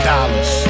Dollars